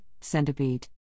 Centipede